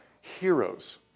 heroes